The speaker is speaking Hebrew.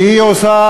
כי היא עושה,